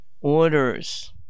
orders